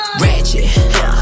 Ratchet